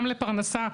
גם לפרנסה,